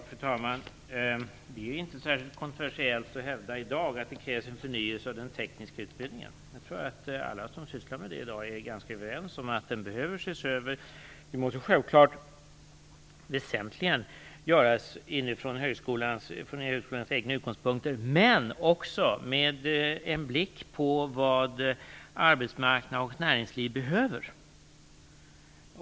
Fru talman! Det är inte särskilt kontroversiellt i dag att hävda att det krävs en förnyelse av den tekniska utbildningen. Jag tror att alla som sysslar med den är ganska överens om att den behöver ses över. Det måste självfallet väsentligen göras från högskolornas egna utgångspunkter men också med en blick på vad arbetsmarknad och näringsliv behöver.